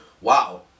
Wow